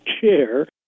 chair